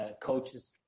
coaches